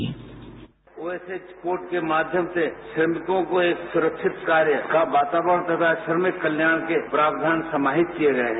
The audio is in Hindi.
साउंड बाईट ओएसएच कोड के माध्यम से श्रमिकों को एक सुरक्षित कार्य का वातावरण तथा श्रमिक कल्याण के प्रावधान समाहित किये गये हैं